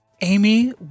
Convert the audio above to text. Amy